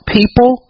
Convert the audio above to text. people